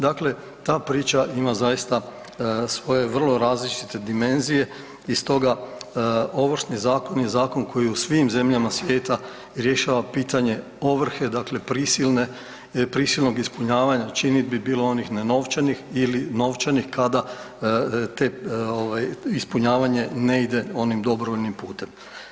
Dakle, ta priča ima zaista svoje vrlo različite dimenzije i stoga Ovršni zakon je zakon koji u svim zemljama svijeta rješava pitanje ovrhe, dakle prisilne, prisilnog ispunjavanja činidbi bilo onih nenovčanih ili novčanih kada te ovaj ispunjavanje ne ide onim dobrovoljnim putem.